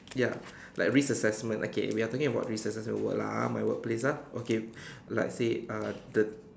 ya like risk assessment okay we are talking about risk assessment at work lah ah my workplace ah okay like say uh the